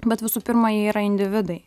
bet visų pirma jie yra individai